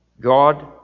God